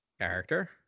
character